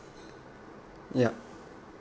ya